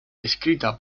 escrita